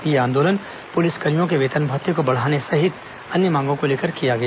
यह आंदोलन पुलिसकर्मियों के वेतन भत्ते को बढ़ाने सहित अन्य मांगों को लेकर किया गया